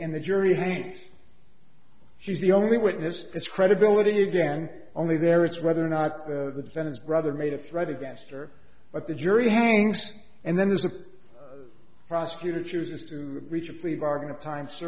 in the jury hey she's the only witness to it's credibility again only there it's whether or not the sentence brother made a threat against her but the jury hangs and then there's a prosecutor chooses to reach a plea bargain a